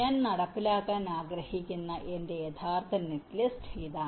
ഞാൻ നടപ്പിലാക്കാൻ ആഗ്രഹിക്കുന്ന എന്റെ യഥാർത്ഥ നെറ്റ്ലിസ്റ്റ് ഇതാണ്